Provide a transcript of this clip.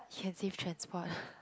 can save transport